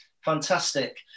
Fantastic